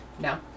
No